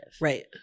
right